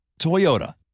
Toyota